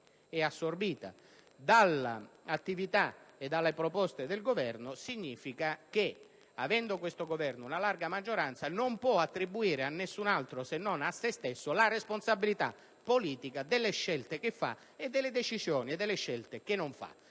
è assorbita dall'attività e dalle proposte del Governo, significa che, avendo questo Governo una larga maggioranza, non può attribuire a nessun altro se non a sé stesso la responsabilità politica delle scelte e delle decisioni che assume e di quelle che non